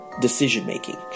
decision-making